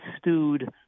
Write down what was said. stewed